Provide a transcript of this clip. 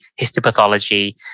histopathology